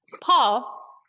Paul